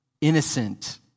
innocent